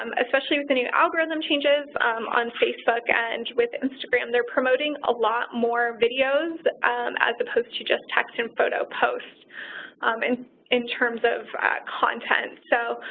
um especially with the new algorithm changes on facebook and with instagram, they're promoting a lot more videos as opposed to just text and photo posts um and in terms of content. so,